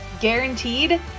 guaranteed